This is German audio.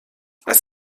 als